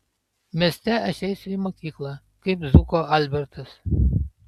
mieste aš eisiu į mokyklą kaip zuko albertas